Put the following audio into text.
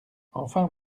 enfin